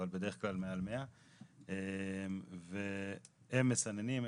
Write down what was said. אבל בדרך כלל מעל 100. והם מסננים,